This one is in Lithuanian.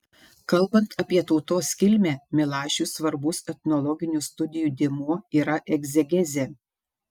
kalbant apie tautos kilmę milašiui svarbus etnologinių studijų dėmuo yra egzegezė